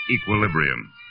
equilibrium